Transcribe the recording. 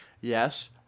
Yes